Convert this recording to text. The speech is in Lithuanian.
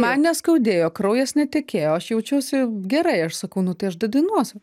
man neskaudėjo kraujas netekėjo aš jaučiausi gerai aš sakau nu tai aš dadainuosiu